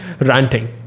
ranting